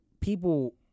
people